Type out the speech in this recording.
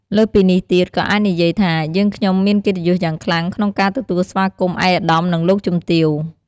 លើសពីនេះទៀត ក៏អាចនិយាយថា "យើងខ្ញុំមានកិត្តិយសយ៉ាងខ្លាំងក្នុងការទទួលស្វាគមន៍ ឯកឧត្តម និងលោកជំទាវ"។